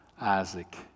Isaac